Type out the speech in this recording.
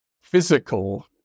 physical